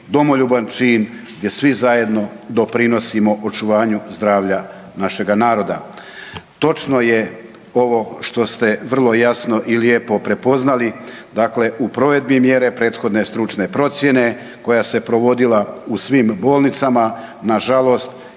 domoljuban čin i svi zajedno doprinosimo očuvanju zdravlja našega naroda. Točno je ovo što ste vrlo jasno i lijepo prepoznali, dakle u provedbi mjere prethodne stručne procjene koja se provodila u svim bolnicama, nažalost